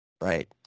Right